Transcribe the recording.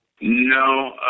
No